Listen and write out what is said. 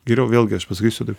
geriau vėlgi aš pasakysiu taip